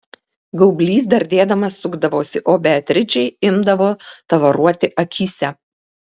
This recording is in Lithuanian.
gaublys dardėdamas sukdavosi o beatričei imdavo tavaruoti akyse